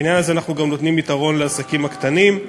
בעניין הזה אנחנו נותנים יתרון לעסקים הקטנים.